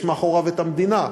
יש מאחוריו את המדינה,